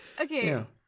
Okay